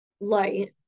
light